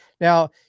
Now